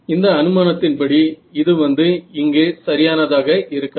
இந்த அனுமானத்தின் படி இது வந்து இங்கே சரியானதாக இருக்காது